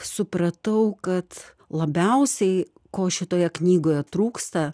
supratau kad labiausiai ko šitoje knygoje trūksta